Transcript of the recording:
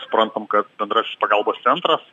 suprantam kad bendrasis pagalbos centras